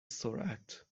سرعت